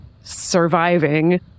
surviving